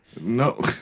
No